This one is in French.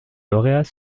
lauréat